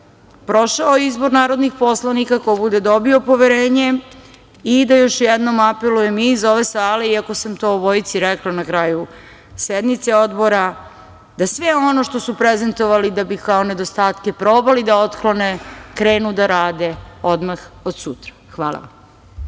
bude prošao izbor narodnih poslanika, ko bude dobio poverenje i da još jednom apelujem iz ove sale, iako sam to obojici rekla na kraju sednice Odbora, da sve ono što su prezentovali da bi kao nedostatke probali da otklone, krenu da rade odmah od sutra. Hvala.